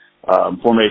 formation